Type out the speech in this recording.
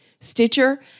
Stitcher